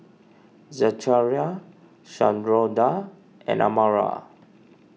Zechariah Sharonda and Amara